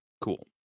cool